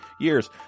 years